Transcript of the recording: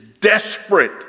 desperate